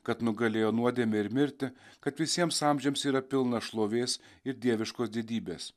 kad nugalėjo nuodėmę ir mirtį kad visiems amžiams yra pilna šlovės ir dieviškos didybės